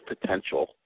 potential